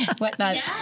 whatnot